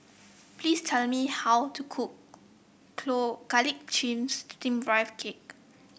please tell me how to cook Garlic Chives Steamed Rice Cake